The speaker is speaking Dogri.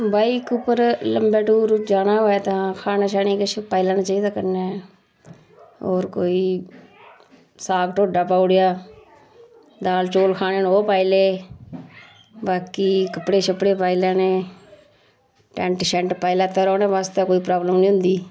बाईक उप्पर लम्मे टूर जाना होऐ तां खाने शाने किश पाई लैना चाहिदा कन्नै होर कोई साग टोडा पाउड़ेआ दाल चौल खाने होन ओह् पाई ले बाकी कपड़े छपड़े पाई लैने टैंट छैंट पाई लैता रौह्ने वास्तै कोई प्राब्लम नी होंदी